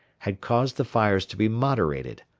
had caused the fires to be moderated,